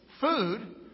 food